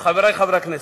חברי הכנסת,